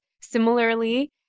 similarly